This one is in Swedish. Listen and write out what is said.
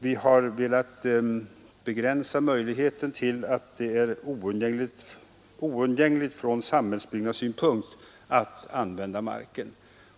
Vi har velat begränsa möjligheten så att expropriation endast får ske när det framstår som oundgängligt från samhällsbyggnadssynpunkt att använda marken.